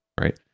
right